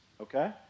Okay